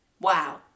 wow